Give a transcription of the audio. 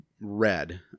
red